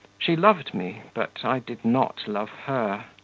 she loved me, but i did not love her.